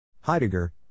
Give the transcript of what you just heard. Heidegger